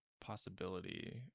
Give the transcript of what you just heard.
possibility